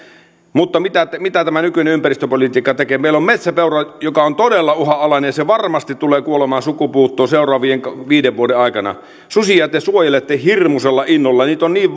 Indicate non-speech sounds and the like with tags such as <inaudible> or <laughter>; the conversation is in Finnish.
mutta mitä tämä nykyinen ympäristöpolitiikka tekee meillä on metsäpeura joka on todella uhanalainen ja joka varmasti tulee kuolemaan sukupuuttoon seuraavien viiden vuoden aikana susia te suojelette hirmuisella innolla niitä on niin <unintelligible>